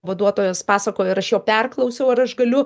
vaduotojas pasakojo ir aš jo perklausiau ar aš galiu